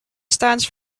stands